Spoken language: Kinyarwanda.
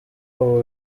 ubu